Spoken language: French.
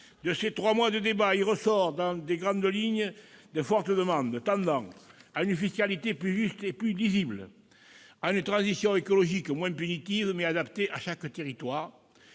De ces trois mois de débats, il ressort, dans les grandes lignes, de fortes demandes tendant à une fiscalité plus juste et plus lisible ; à une transition écologique moins punitive, mais adaptée à chaque territoire